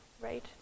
right